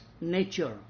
nature